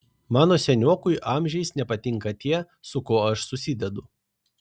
mano seniokui amžiais nepatinka tie su kuo aš susidedu